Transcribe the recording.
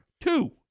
Two